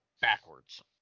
backwards